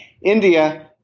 India